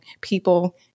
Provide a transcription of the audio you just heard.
people